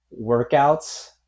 workouts